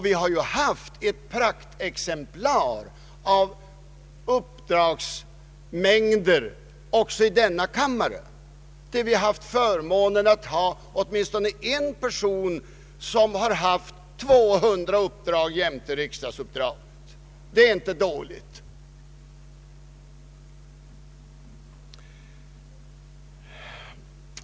Vi har haft ett praktexempel i fråga om uppdragsmängd också i denna kammare, där vi har haft förmånen att ha åtminstone en person med 200 uppdrag jämte riksdagsuppdraget. Det är inte dåligt!